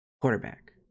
quarterback